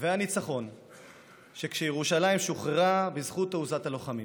והניצחון כשירושלים שוחררה בזכות תעוזת הלוחמים.